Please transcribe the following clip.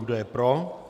Kdo je pro?